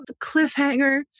cliffhanger